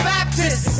Baptist